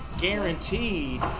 guaranteed